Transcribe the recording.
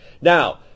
Now